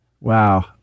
Wow